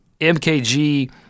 MKG